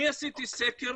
אני עשיתי סקר